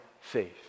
faith